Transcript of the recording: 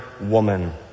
woman